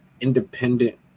independent